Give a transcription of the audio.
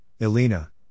Elena